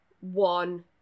one